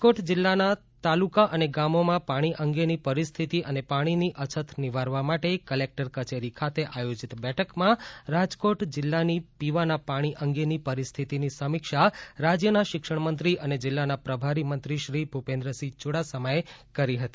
રાજકોટ જિલ્લાના તાલુકા અને ગામો માં પાણી અંગેની પરિસ્થિતિ અને પાણીની અછત નિવારવા માટે કલેકટર કચેરી ખાતે આયોજીત બેઠકમાં રાજકોટ જિલ્લાની પીવાના પાણી અંગેની પરિસ્થિતીની સમીક્ષા રાજયના શિક્ષણમંત્રી અને જિલ્લાના પ્રભારી મંત્રીશ્રી ભૂપેન્દ્રસિંહ ચુડાસમા એ કરી હતી